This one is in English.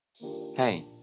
Hey